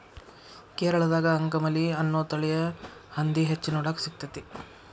ಕೇರಳದಾಗ ಅಂಕಮಲಿ ಅನ್ನೋ ತಳಿಯ ಹಂದಿ ಹೆಚ್ಚ ನೋಡಾಕ ಸಿಗ್ತೇತಿ